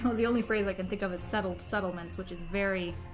um ah the only phrase i can think of a settled settlements which is very